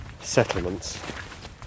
settlements